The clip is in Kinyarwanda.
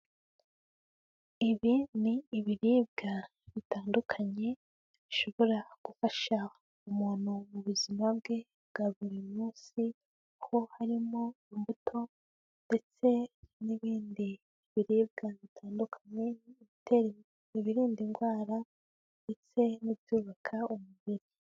Ibi n'ibiribwa bitandukanye bishobora gufasha umuntu mu buzima bwe bwa buri munsi, ho harimo imbuto ndetse n'ibindi biribwa bitandukanye, ibirinda indwara ndetse n'ibyubaka umubiri.